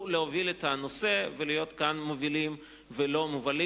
להוביל את הנושא ולהיות כאן מובילים ולא מובלים.